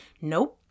Nope